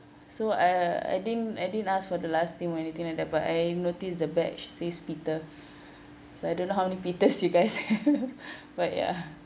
so uh I didn't I didn't ask for the last name or anything like that but I noticed the batch says peter so I don't know how many peters you guys have but ya